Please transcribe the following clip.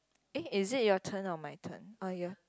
eh is it your turn or my turn oh ya